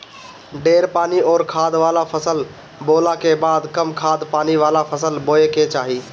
ढेर पानी अउरी खाद वाला फसल बोअला के बाद कम खाद पानी वाला फसल बोए के चाही